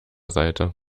seite